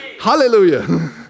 Hallelujah